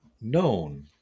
known